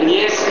yes